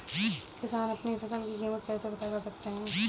किसान अपनी फसल की कीमत कैसे पता कर सकते हैं?